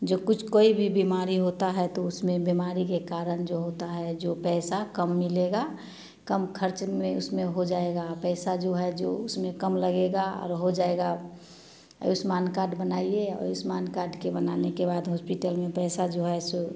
जो कुछ कोई भी बीमारी होता है तो उसमें बीमारी के कारण जो होता है जो पैसा कम मिलेगा कम खर्च में उसमें हो जाएगा पैसा जो है जो उसमें कम लगेगा और हो जाएगा आयुष्मान कार्ड बनाइए आयुष्मान कार्ड के बनाने के बाद हॉस्पिटल में पैसा जो है सो